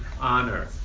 honor